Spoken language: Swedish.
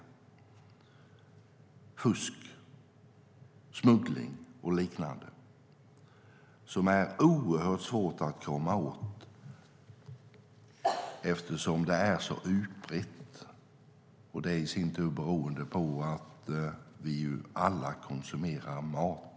Det handlar om fusk, smuggling och liknande, vilket är oerhört svårt att komma åt eftersom det är så utbrett då vi ju alla konsumerar mat.